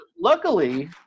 luckily